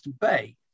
bay